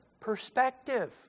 perspective